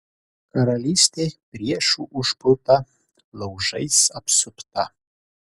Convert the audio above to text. karalystė priešų užpulta laužais apsupta